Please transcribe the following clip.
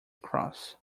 across